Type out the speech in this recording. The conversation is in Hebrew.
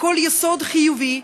לכל יסוד חיובי,